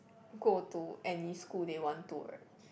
go to any school they want to right